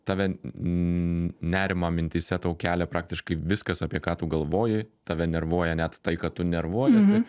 tave n nerimą mintyse tau kelia praktiškai viskas apie ką tu galvoji tave nervuoja net tai kad tu nervuojiesi